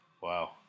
Wow